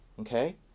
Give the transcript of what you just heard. okay